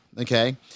okay